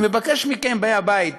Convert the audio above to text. אני מבקש מכם, באי הבית,